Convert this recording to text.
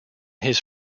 his